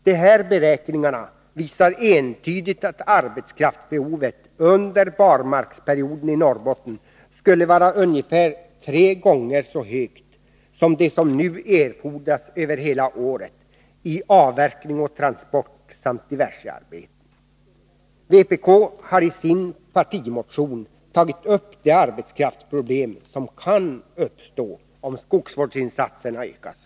De här beräkningarna visar entydigt att arbetskraftsbehovet under barmarksperioden i Norrbotten för avverkning och transport samt diversearbeten skulle vara ungefär tre gånger så stort som behovet över hela året. Vpk har i sin partimotion tagit upp de arbetskraftsproblem som kan uppstå, om skogsvårdsinsatserna ökas.